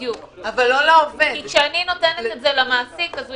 זה לא בדיוק כי כשאני נותנת את זה למעסיק אז הוא